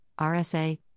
RSA